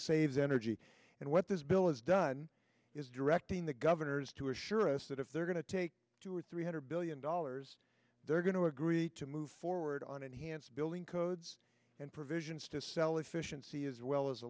saves energy and what this bill is done is directing the governors to assure us that if they're going to take two or three hundred billion dollars they're going to agree to move forward on enhanced building codes and provisions to sell efficiency as well as